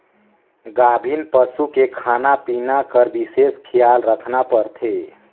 गाभिन पसू के खाना पिना कर बिसेस खियाल रखना परथे